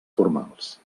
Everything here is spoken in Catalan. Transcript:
formals